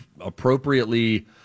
appropriately